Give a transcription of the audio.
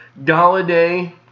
Galladay